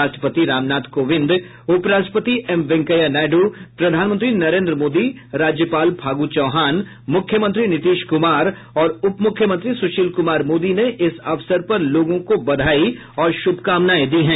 राष्ट्रपति रामनाथ कोविंद उपराष्ट्रपति एम वेंकैया नायडू प्रधानमंत्री नरेन्द्र मोदी राज्यपाल फागू चौहान मुख्यमंत्री नीतीश कुमार और उप मुख्यमंत्री सुशील कुमार मोदी ने इस अवसर पर लोगों को बधाई और शुभकामनाएं दी हैं